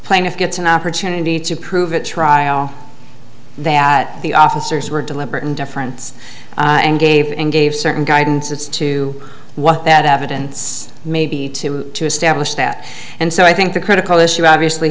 plaintiff gets an opportunity to prove a trial that the officers were deliberate indifference and gave and gave certain guidance as to what that evidence may be to establish that and so i think the critical issue obviously